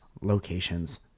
locations